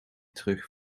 terug